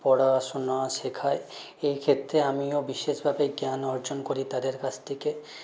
পড়াশুনা শেখাই এই ক্ষেত্রে আমিও বিশেষভাবে জ্ঞান অর্জন করি তাদের কাছ থেকে